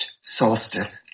solstice